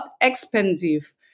expensive